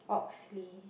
Oxley